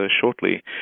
shortly